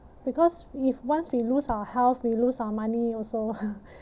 because if once we lose our health we lose our money also